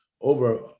over